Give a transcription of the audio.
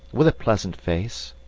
with a pleasant face,